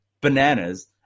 bananas